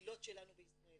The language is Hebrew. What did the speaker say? ובקהילות שלנו בישראל